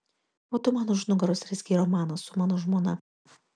o tu man už nugaros rezgei romaną su mano žmona